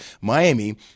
Miami